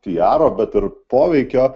piaro bet ir poveikio